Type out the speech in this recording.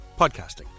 podcasting